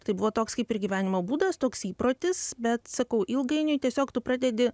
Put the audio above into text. tai buvo toks kaip ir gyvenimo būdas toks įprotis bet sakau ilgainiui tiesiog tu pradedi